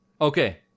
Okay